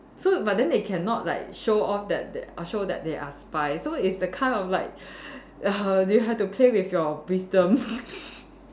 so but then they cannot like show off that that show that they are spy so it's the kind of like err they have to play with your wisdom